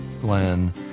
Glenn